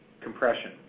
compression